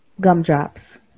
gumdrops